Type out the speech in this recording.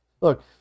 look